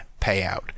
payout